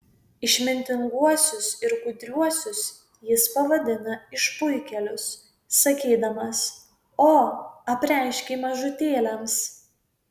išmintinguosius ir gudriuosius jis pavadina išpuikėlius sakydamas o apreiškei mažutėliams